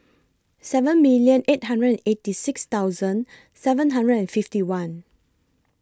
seven million eight hundred and eighty six thousand seven hundred and fifty one